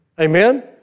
Amen